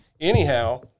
anyhow